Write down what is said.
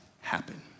happen